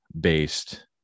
based